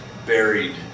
buried